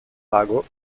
lago